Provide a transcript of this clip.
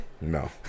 no